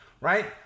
right